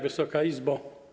Wysoka Izbo!